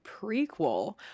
prequel